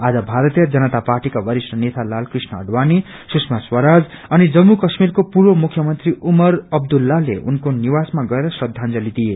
आज भारतीय जनता पार्टीका वरिष्ठ नेता लालकृष्ण आइवाणी सुषमा स्वराज अनि जम्मू काश्मीरको पूर्व मुख्यमंत्री उमर उद्युल्लाले उनको निवासमा गएर श्रदाजंली दिए